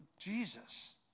Jesus